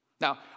Now